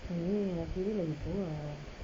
boleh laki dia lagi tua